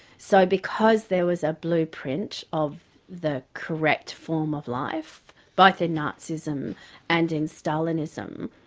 so because there was a blueprint of the correct form of life, both in nazism and in stalinism,